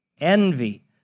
envy